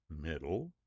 middle